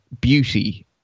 beauty